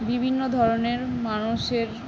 বিভিন্ন ধরনের মানুষের